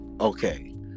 Okay